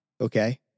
okay